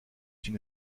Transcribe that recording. une